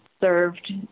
served